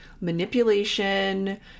manipulation